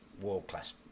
world-class